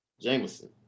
Jameson